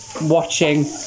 watching